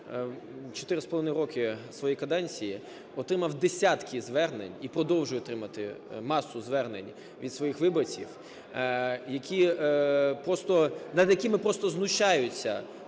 4,5 роки своєї каденції отримав десятки звернень і продовжую отримувати масу звернень від своїх виборців, які просто… над якими просто знущаються.